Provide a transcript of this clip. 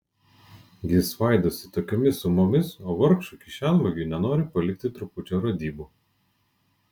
jis svaidosi tokiomis sumomis o vargšui kišenvagiui nenori palikti trupučio radybų